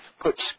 puts